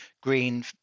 green